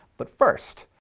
but first.